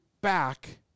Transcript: back